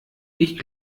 ich